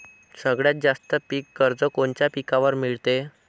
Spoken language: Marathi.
सगळ्यात जास्त पीक कर्ज कोनच्या पिकावर मिळते?